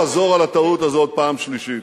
שלא מבין שאסור לחזור על הטעות הזאת פעם שלישית.